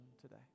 today